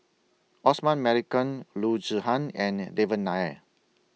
Osman Merican Loo Zihan and Devan Nair